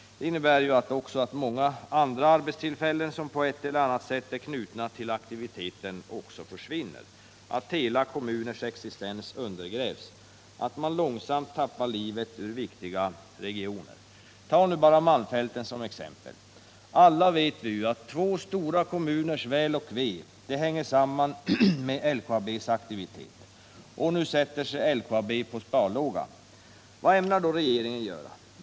Det innebär också att många andra arbetstillfällen försvinner, som på ett eller annat sätt är knutna till aktiviteten, att hela kommuners existens undergrävs, att man långsamt tappar livet ur viktiga regioner. Ta bara malmfälten som exempel! Alla vet vi att två stora kommuners väl och ve hänger samman med LKAB:s aktivitet. Och nu sätter sig LKAB på sparlåga. Vad ämnar regeringen göra?